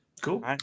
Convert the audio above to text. Cool